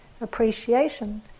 appreciation